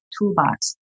toolbox